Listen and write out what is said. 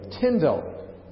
Tyndall